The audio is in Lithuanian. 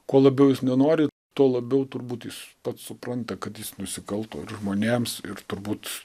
kuo labiau jis nenori tuo labiau turbūt jis pats supranta kad jis nusikalto ir žmonėms ir turbūt